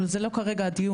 אבל זה לא כרגע הדיון.